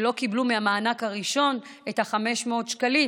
שלא קיבלו מהמענק הראשון את ה-500 שקלים.